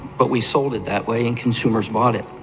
but we sold it that way and consumers bought it.